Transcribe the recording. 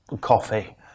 coffee